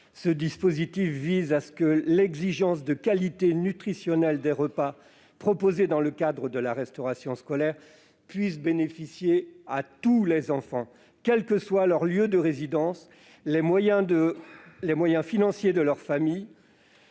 l'amendement n° 1901. L'exigence de qualité nutritionnelle des repas proposés dans le cadre de la restauration scolaire doit bénéficier à tous les enfants, quels que soient leur lieu de résidence et les moyens financiers de leur famille.